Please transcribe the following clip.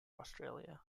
australia